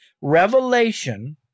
Revelation